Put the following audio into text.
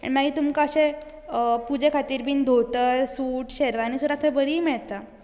मागीं तुमकां अशें पुजे खातीर बी धोतर सूट शेरवानी सुद्धा थंय बरी मेळटा